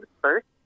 first